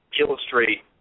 illustrate